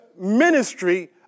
ministry